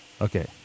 Okay